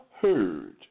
heard